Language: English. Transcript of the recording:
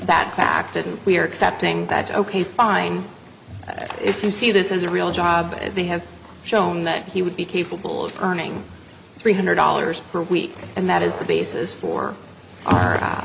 and we are accepting that ok fine if you see this as a real job they have shown that he would be capable of earning three hundred dollars per week and that is the basis for our